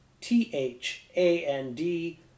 T-H-A-N-D